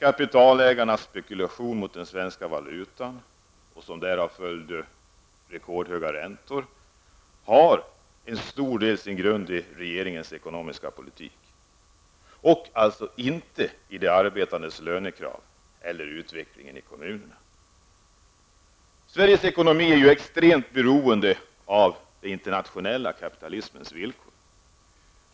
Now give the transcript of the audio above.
Kapitalägarnas spekulation mot den svenska valutan, och som följd därav rekordhöga räntor, har sin grund i regeringens ekonomiska politik, alltså inte i de arbetandes lönekrav eller utvecklingen i kommunerna. Sveriges ekonomi är extremt beroende av den internationella kapitalismens villkor.